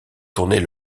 tourner